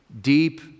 deep